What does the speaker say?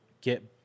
get